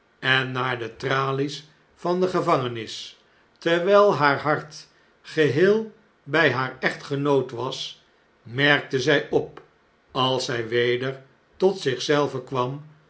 en naar de tralies van de gevangenis terwjjl haar hart geheel bjj haar echtgenoot was merkte zjj op als zjj weder tot zich zelve kwam